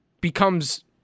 becomes